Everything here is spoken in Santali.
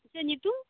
ᱪᱮᱫ ᱧᱩᱛᱩᱢ